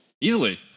Easily